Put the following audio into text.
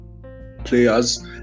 players